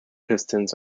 pistons